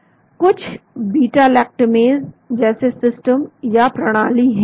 यह कुछ beta lactamase जैसे सिस्टम या प्रणाली हैं